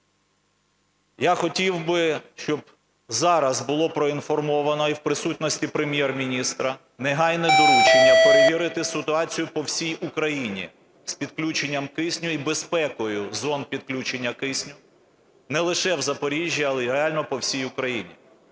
Я хотів би, щоб зараз було проінформовано і в присутності Прем'єр-міністра негайне доручення перевірити ситуацію по всій Україні з підключенням кисню і безпекою зон підключення кисню не лише в Запоріжжі, але й реально по всій Україні.